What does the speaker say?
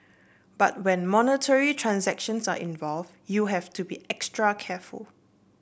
but when monetary transactions are involved you have to be extra careful